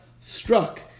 struck